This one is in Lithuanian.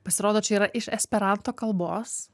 pasirodo čia yra iš esperanto kalbos